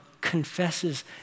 confesses